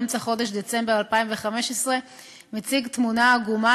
באמצע חודש דצמבר 2015 מציג תמונה עגומה